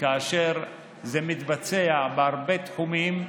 כאשר זה מתבצע בהרבה תחומים,